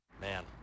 Man